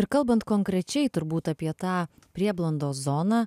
ir kalbant konkrečiai turbūt apie tą prieblandos zoną